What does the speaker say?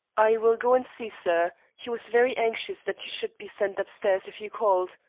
i will go and see, sir. he was very anxious that you should be sent upstairs if you called.